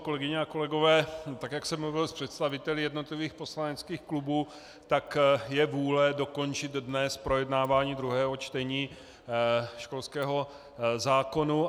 Kolegyně a kolegové, jak jsem mluvil s představiteli jednotlivých poslaneckých klubů, tak je vůle dokončit dnes projednávání druhého čtení školského zákona.